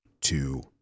two